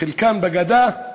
חלקן בגדה,